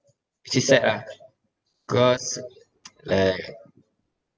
feel sad ah cause like